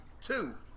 two